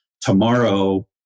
tomorrow